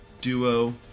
duo